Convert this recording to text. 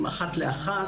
אחת לאחת.